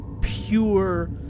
pure